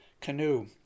canoe